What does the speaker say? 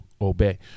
obey